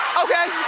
okay,